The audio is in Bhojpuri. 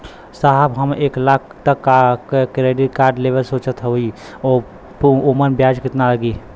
साहब हम एक लाख तक क क्रेडिट कार्ड लेवल सोचत हई ओमन ब्याज कितना लागि?